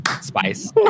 Spice